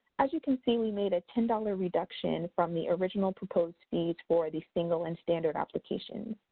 as you can see, we made a ten dollars reduction from the original proposed fees for the single and standard application.